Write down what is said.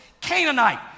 Canaanite